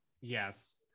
Yes